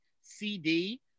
CD